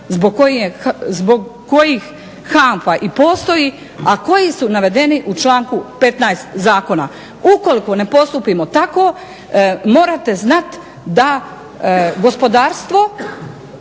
zbog kojih HANFA i postoji, a koji su navedeni u članku 15. zakona. Ukoliko ne postupimo tako morate znati da gospodarstvo